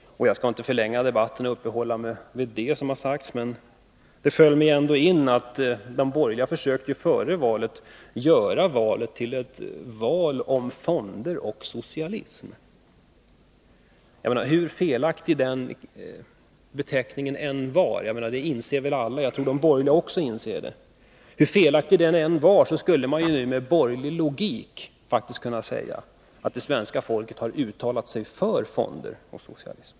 Jag skall inte förlänga debatten och uppehålla mig vid det som har sagts, men det föll mig in att de borgerliga före valet försökte att göra det till ett val om fonder och socialism. Hur felaktig den beteckningen än var inser väl alla; jag tror att också de borgerliga gör det. Men hur felaktig den än var, så skulle man nu med borgerlig logik faktiskt kunna säga att det svenska folket har uttalat sig för fonder och socialism.